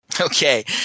Okay